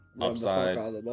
upside